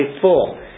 full